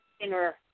inner